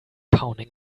pounding